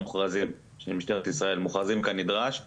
חשוב לציין שכל תאי המעצר של משטרת ישראל --- (נתקים